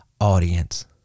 audience